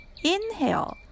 Inhale